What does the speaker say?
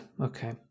Okay